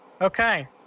Okay